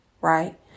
Right